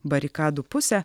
barikadų pusę